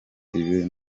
ibe